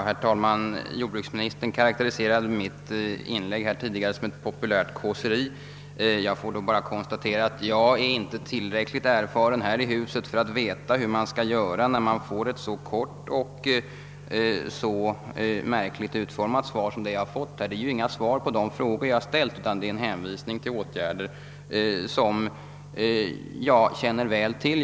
Herr talman! Jordbruksministern karakteriserade mitt tidigare inlägg som ett populärt kåseri. Jag får bara konstatera att jag inte är tillräckligt erfaren här i huset för att veta hur man skall göra när man får ett så kort och så märkligt utformat svar som det jag fick. Det innehåller ju inga svar på de frågor jag har ställt utan bara en hänvisning till åtgärder som jag väl känner till.